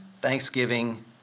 thanksgiving